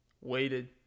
waited